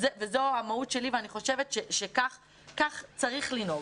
וזאת מהות הצעת החוק ואני חושבת שכך צריך לנהוג,